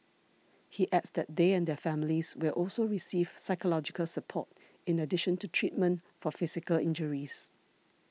he adds that they and their families will also receive psychological support in addition to treatment for physical injuries